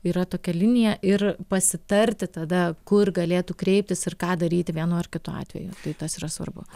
yra tokia linija ir pasitarti tada kur galėtų kreiptis ir ką daryti vienu ar kitu atveju tai tas yra svarbu